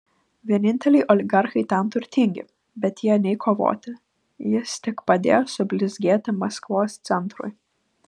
vieninteliai oligarchai ten turtingi bet jie nei kovoti jis tik padės sublizgėti maskvos centrui